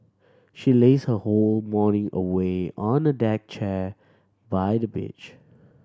she lazed her whole morning away on a deck chair by the beach